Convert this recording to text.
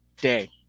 day